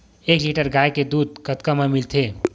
एक लीटर गाय के दुध कतका म मिलथे?